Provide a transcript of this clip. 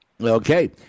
Okay